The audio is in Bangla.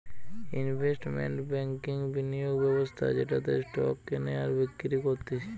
ইনভেস্টমেন্ট ব্যাংকিংবিনিয়োগ ব্যবস্থা যেটাতে স্টক কেনে আর বিক্রি করতিছে